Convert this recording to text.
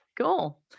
Cool